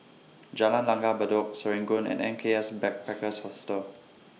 Jalan Langgar Bedok Serangoon and N K S Backpackers Hostel